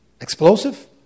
explosive